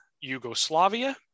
Yugoslavia